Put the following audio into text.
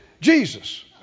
Jesus